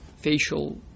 facial